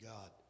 God